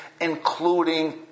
including